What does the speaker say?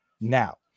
now